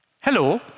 Hello